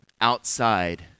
outside